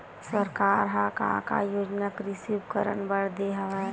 सरकार ह का का योजना कृषि उपकरण बर दे हवय?